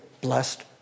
blessed